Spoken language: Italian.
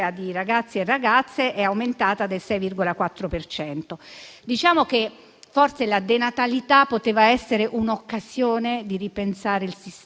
di ragazzi e ragazze, è aumentata del 6,4 per cento. Forse la denatalità poteva essere l'occasione di ripensare il sistema,